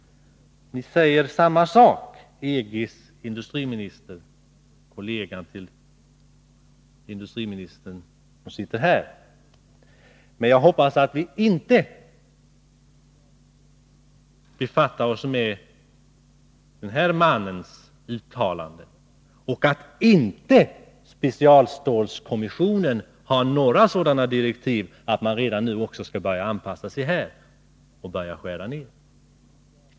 Ni säger samma sak, EG:s industriminister och hans kollega som sitter här. Men jag hoppas att vi inte befattar oss med den mannens uttalande och att specialstålskommissionen inte har fått direktiv som går ut på att också vi skall börja anpassa oss redan nu och börja skära ned.